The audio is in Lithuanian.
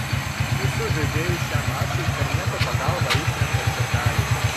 visus žaidėjus šiam mačui interneto pagalba išrenka sirgaliai